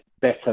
better